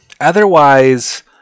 Otherwise